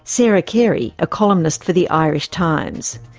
sarah carey, a columnist for the irish times.